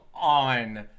on